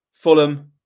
Fulham